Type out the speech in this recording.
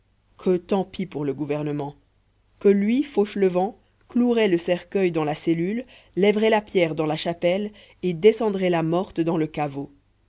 que tant pis pour le gouvernement que lui fauchelevent clouerait le cercueil dans la cellule lèverait la pierre dans la chapelle et descendrait la morte dans le caveau